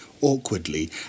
awkwardly